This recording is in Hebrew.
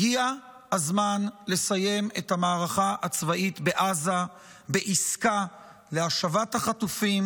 הגיע הזמן לסיים את המערכה הצבאית בעזה בעסקה להשבת החטופים,